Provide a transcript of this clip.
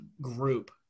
group